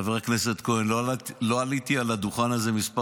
חבר הכנסת כהן, לא עליתי לדוכן הזה כמה חודשים,